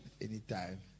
anytime